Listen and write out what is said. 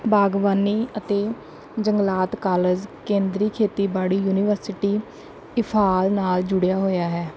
ਬਾਗਬਾਨੀ ਅਤੇ ਜੰਗਲਾਤ ਕਾਲਜ ਕੇਂਦਰੀ ਖੇਤੀਬਾੜੀ ਯੂਨੀਵਰਸਿਟੀ ਇੰਫਾਲ ਨਾਲ ਜੁੜਿਆ ਹੋਇਆ ਹੈ